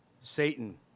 Satan